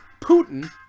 Putin